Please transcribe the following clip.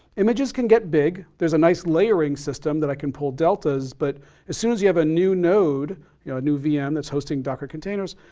images can get big. there's a nice layering system that i can pull deltas, but as soon as you have a new node, yeah a new vm that's hosting docker containers,